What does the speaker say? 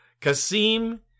Kasim